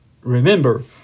remember